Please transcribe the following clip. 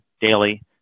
daily